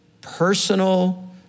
personal